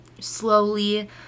slowly